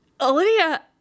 olivia